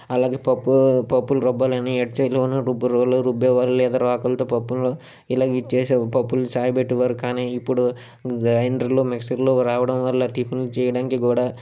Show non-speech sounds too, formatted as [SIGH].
అలాగే పప్పు పప్పులు రుబ్బాలని [UNINTELLIGIBLE] రుబ్బురోల్లోనూ రుబ్బేవారు లేదా రోకర్లతో పప్పులు ఇలా ఇది చేసేవారు పప్పులు సాయపెట్టేవారు కాని ఇప్పుడు గ్రైండర్లు మిక్సర్లు రావడం వల్ల టిఫిన్లు చేయడానికి కూడా